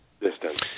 distance